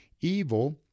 Evil